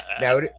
now